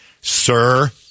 Sir